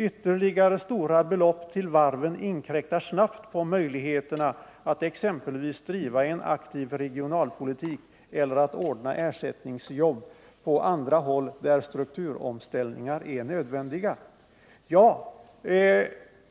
Ytterligare stora belopp till varven inkräktar snabbt på möjligheterna att exempelvis driva en aktiv regionalpolitik eller att ordna ersättningsjobb på andra håll där strukturomställningar är nödvändiga.”